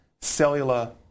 cellular